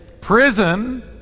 Prison